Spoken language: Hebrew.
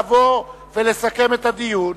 לבוא ולסכם את הדיון.